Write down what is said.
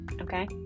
okay